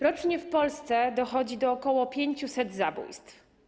Rocznie w Polsce dochodzi do ok. 500 zabójstw.